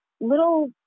little